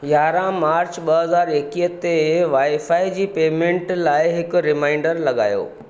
यारहं मार्च ॿ हज़ार एकवीह ते वाई फाई जी पेमेंट लाइ हिकु रिमाइंडर लॻायो